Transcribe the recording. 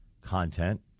content